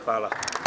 Hvala.